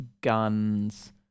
guns